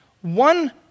One